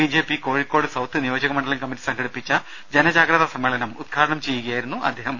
BJP Kozhikode south നിയോജക മണ്ഡലം committee സംഘടിപ്പിച്ച ജനജാഗ്രതാ സമ്മേളനം ഉദ്ഘാടനം ചെയ്യുകയായിരുന്നു അദ്ദേഹം